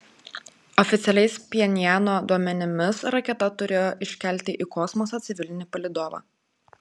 oficialiais pchenjano duomenimis raketa turėjo iškelti į kosmosą civilinį palydovą